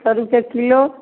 सौ रुपये किलो